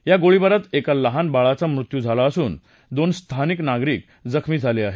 या गोळीबारात एका लहान बाळाचा मृत्यू झाला असून दोन स्थानिक नागरिक जखमी झाले आहेत